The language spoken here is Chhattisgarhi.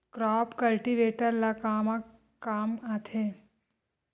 क्रॉप कल्टीवेटर ला कमा काम आथे?